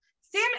Sam